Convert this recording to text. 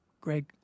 Greg